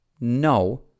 No